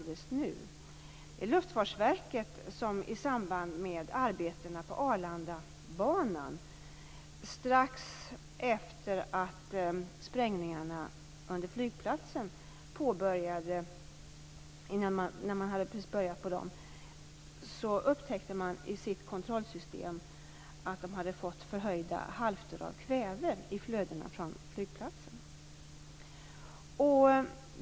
Det var Luftfartsverket som i samband med arbetena på Arlandabanan, strax efter att sprängningarna under flygplatsen hade påbörjats, i sitt kontrollsystem upptäckte förhöjda halter av kväve i flödena från flygplatsen.